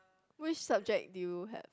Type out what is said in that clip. which subject did you have